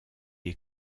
est